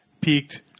peaked